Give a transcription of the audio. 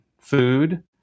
Food